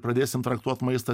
pradėsim traktuot maistą